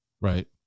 Right